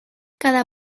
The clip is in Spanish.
cada